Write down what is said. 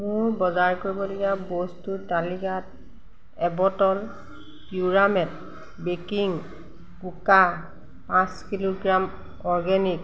মোৰ বজাৰ কৰিবলগীয়া বস্তুৰ তালিকাত এবটল পিউৰামেট বেকিং কুকা পাঁচ কিলোগ্ৰাম অৰ্গেনিক